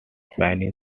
spanish